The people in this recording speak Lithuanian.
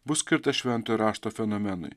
bus skirtas šventojo rašto fenomenui